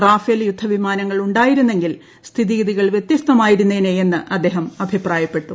Rafale യുദ്ധവിമാനങ്ങൾ ഉണ്ടായിരുന്നെങ്കിൽ സ്ഥിതിഗതികൾ വൃത്യസ്തമായിരുന്നേനെ എന്ന് അദ്ദേഹം അഭിപ്രായപ്പെട്ടു